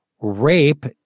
rape